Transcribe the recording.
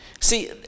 See